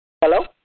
Hello